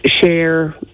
share